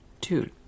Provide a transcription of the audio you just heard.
Dude